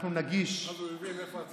הוא הבין איפה הצד הנכון.